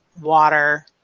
water